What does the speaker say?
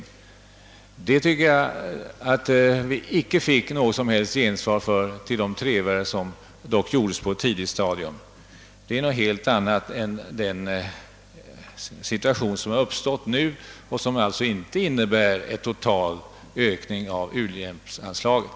I de trevare som gjordes på ett tidigt stadium fick vi dock inte något som helst gensvar. Det är något helt annat än den situation som nu uppstått och som inte innebär en total ökning av u-hjälpsanslagen.